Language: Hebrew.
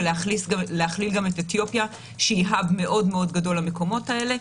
ולהכליל גם את אתיופיה שהיא האב מאוד גדול למקומות האלה.